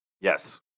yes